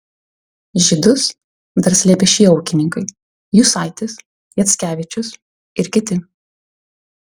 žydus dar slėpė šie ūkininkai jusaitis jackevičius ir kiti